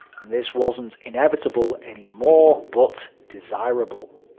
and this wasn't inevitable any more, but desirable.